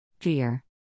Fear